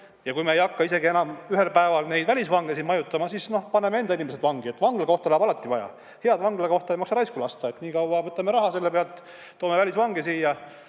Ja kui me ei hakka enam ühel päeval neid välisvange siin majutama, siis paneme enda inimesed vangi, vanglakohti läheb alati vaja. Head vanglakohta ei maksa lasta raisku minna. Nii kaua võtame raha selle pealt, toome välisvange siia.